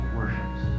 worships